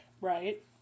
Right